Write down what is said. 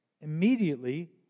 immediately